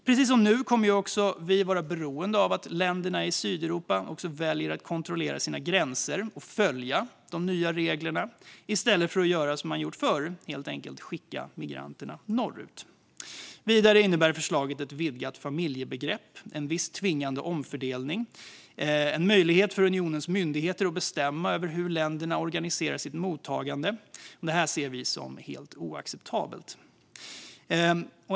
Precis som nu kommer Sverige att vara beroende av att länderna i Sydeuropa väljer att kontrollera sina gränser och följa de nya reglerna i stället för att göra som man gjort förr och helt enkelt skicka migranterna norrut. Vidare innebär förslaget ett vidgat familjebegrepp, en viss tvingande omfördelning och en möjlighet för unionens myndigheter att bestämma över hur länderna organiserar sitt mottagande. Det här ser vi som helt oacceptabelt.